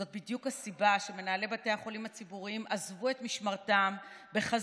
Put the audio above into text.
זאת בדיוק הסיבה שמנהלי בתי החולים הציבוריים עזבו את משמרתם בחזית